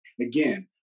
again